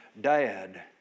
dad